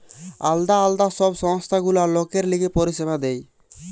আলদা আলদা সব সংস্থা গুলা লোকের লিগে পরিষেবা দেয়